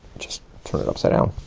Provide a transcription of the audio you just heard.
just turn it upside down.